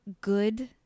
good